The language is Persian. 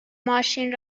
ماشین